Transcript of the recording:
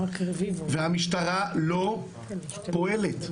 והמשטרה לא פועלת.